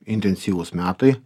intensyvūs metai